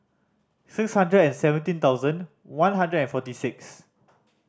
six hundred and seventeen thousand one hundred and forty six